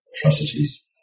atrocities